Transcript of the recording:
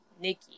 Nikki